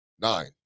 Nine